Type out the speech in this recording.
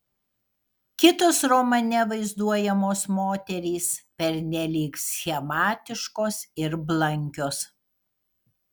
kitos romane vaizduojamos moterys pernelyg schematiškos ir blankios